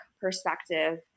perspective